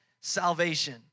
salvation